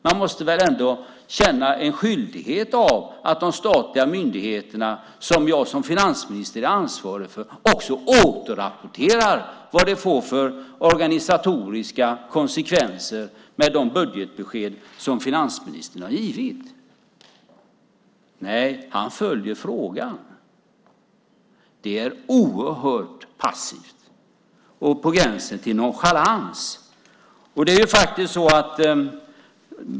Man måste väl ändå känna en skyldighet av att de myndigheter man som finansminister är ansvarig för också återrapporterar vilka organisatoriska konsekvenser det får med de budgetbesked som finansministern har givit? Nej, han följer frågan. Det är oerhört passivt och på gränsen till nonchalans!